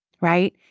right